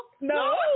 No